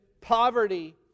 poverty